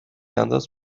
انداز